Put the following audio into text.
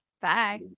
Bye